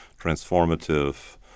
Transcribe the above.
transformative